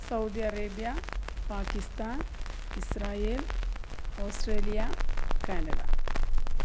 Saudi Arabia Pakistan Israel Australia Canada